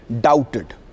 doubted